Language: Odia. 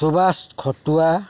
ସୁଭାଷ ଖଟୁଆ